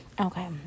Okay